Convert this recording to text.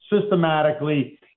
systematically